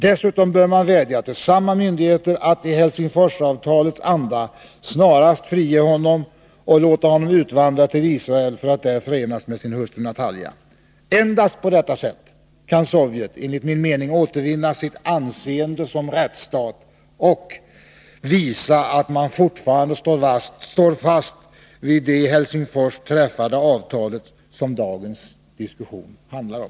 Dessutom bör man vädja till samma myndigheter att i Helsingforsavtalets anda snarast frige honom och låta honom utvandra till Israel för att där förenas med sin hustru Natalja. Endast på detta sätt kan Sovjet enligt min mening återvinna sitt anseende som rättsstat och visa att man fortfarande står fast vid det i Helsingfors träffade avtalet, som dagens diskussion handlar om.